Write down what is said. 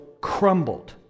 crumbled